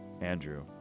Andrew